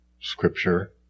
scripture